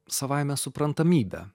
savaime suprantamybe